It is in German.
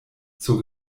zur